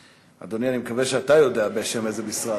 אדוני, אני מקווה שאתה יודע בשם איזה משרד.